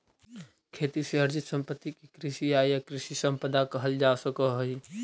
खेती से अर्जित सम्पत्ति के कृषि आय या कृषि सम्पदा कहल जा सकऽ हई